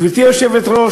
גברתי היושבת-ראש